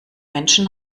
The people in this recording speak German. menschen